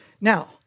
Now